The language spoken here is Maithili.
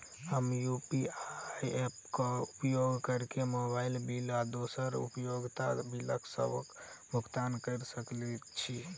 हम यू.पी.आई ऐप क उपयोग करके मोबाइल बिल आ दोसर उपयोगिता बिलसबक भुगतान कर सकइत छि